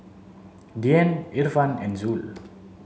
Dian Irfan and Zul